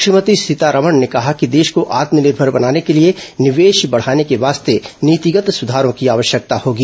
श्रीमती सीतारमण ने कहा कि देश को आत्मनिर्भर बनाने के लिए निवेश बढाने के वास्ते नीतिगत सुधारों की आवश्यकता होगी